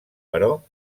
però